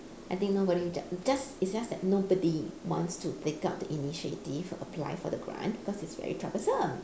I think nobody just just it's just that nobody wants to take up the initiative to apply for the grant because it's very troublesome